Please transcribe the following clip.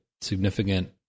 significant